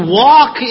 walk